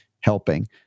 helping